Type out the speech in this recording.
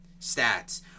Stats